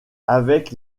avec